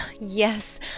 Yes